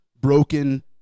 broken